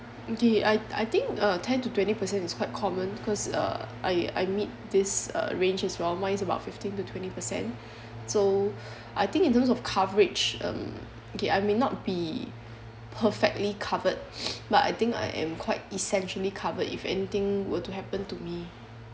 okay I I think uh ten to twenty percent is quite common because uh I I meet this uh range as well mine's about fifteen to twenty percent so I think in term of coverage um okay I may not be perfectly covered but I think I am quite essentially covered if anything were to happen to me